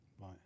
Right